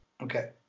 okay